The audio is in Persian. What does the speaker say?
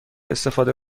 استفاده